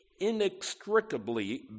inextricably